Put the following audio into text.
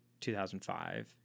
2005